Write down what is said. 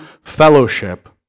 fellowship